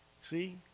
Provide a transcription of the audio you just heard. See